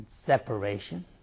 separation